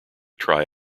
try